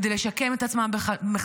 כדי לשקם את עצמם מחדש,